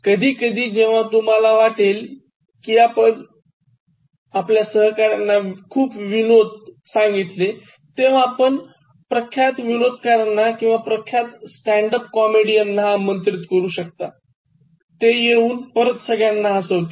कधीकधी जेव्हा तुम्हाला वाटेल कि आपण आपल्या सहकार्यांना खूप विनोद सांगितले तेव्हा आपण प्रख्यात विनोदकारांना किंवा प्रख्यात स्टॅन्ड अप कॉमेडियनना आमंत्रित करू शकता ते येऊन परत सगळ्यां हसवतील